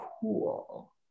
cool